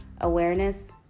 awareness